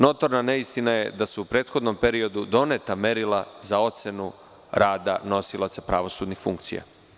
Notorna neistina je da se u prethodnom periodu doneta merila za ocenu rada nosilaca pravosudnih funkcija.